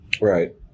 right